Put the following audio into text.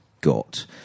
got